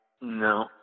No